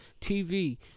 TV